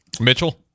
Mitchell